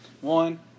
One